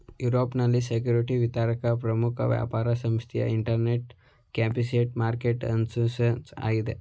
ಯುರೋಪ್ನಲ್ಲಿ ಸೆಕ್ಯೂರಿಟಿಸ್ ವಿತರಕರ ಪ್ರಮುಖ ವ್ಯಾಪಾರ ಸಂಸ್ಥೆಯು ಇಂಟರ್ನ್ಯಾಷನಲ್ ಕ್ಯಾಪಿಟಲ್ ಮಾರ್ಕೆಟ್ ಅಸೋಸಿಯೇಷನ್ ಆಗಿದೆ